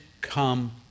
come